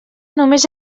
només